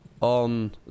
on